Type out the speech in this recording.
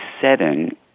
setting